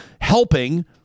helping